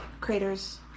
craters